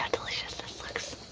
delicious this looks.